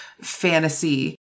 fantasy